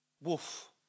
woof